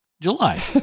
July